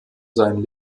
seinen